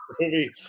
movie